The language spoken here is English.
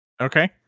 Okay